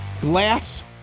glass